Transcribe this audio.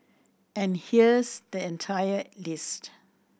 and here's the entire list